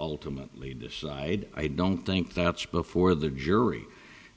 ultimately decide i don't think that's before the jury